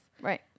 right